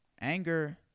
anger